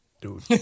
Dude